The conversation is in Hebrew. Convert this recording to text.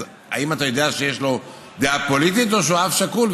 אז האם אתה יודע שיש לו דעה פוליטית או הוא אב שכול,